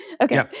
Okay